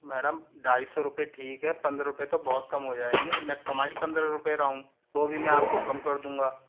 madam ढाई सौ रुपए ठीक है पंद्रह रुपए तो बहुत कम हो जाएंगे मैं कमा ही पंद्रह रुपए रहा हूँ वह भी मैं आपको कम कर दूंगा